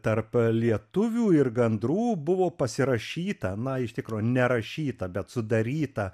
tarp lietuvių ir gandrų buvo pasirašyta na iš tikro nerašyta bet sudaryta